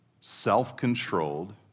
self-controlled